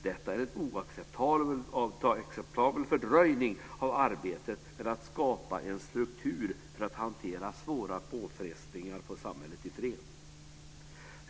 Detta är en oacceptabel fördröjning av arbetet med att skapa en struktur för att hantera svåra påfrestningar på samhället i fred.